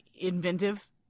inventive